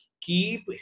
Keep